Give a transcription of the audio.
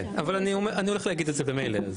אני הולך להגיד זאת במילא.